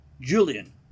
Julian